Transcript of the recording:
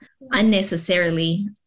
unnecessarily